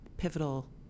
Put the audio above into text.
pivotal